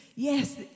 Yes